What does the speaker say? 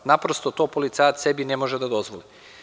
Naprosto, to policajac sebi ne može da dozvoli.